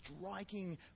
striking